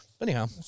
Anyhow